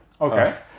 Okay